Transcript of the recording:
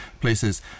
places